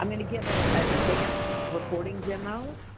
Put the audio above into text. um gonna give and an an advanced reporting demo.